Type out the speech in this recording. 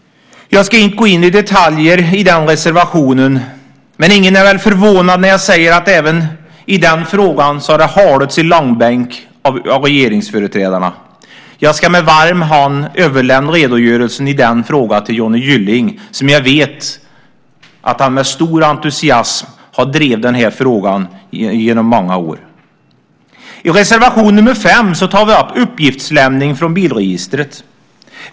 Jag ska inte gå in på detaljer i den reservationen, men ingen blir väl förvånad när jag säger att även den frågan har halats i långbänk av regeringsföreträdarna. Jag ska med varm hand överlämna redogörelsen i den frågan till Johnny Gylling, som jag vet med stor entusiasm har drivit den här frågan under många år. I reservation nr 5 tar vi upp uppgiftslämning från Bilregistret.